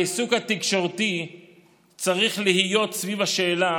העיסוק התקשורתי צריך להיות סביב השאלה